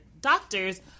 doctors